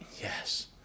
yes